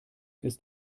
ist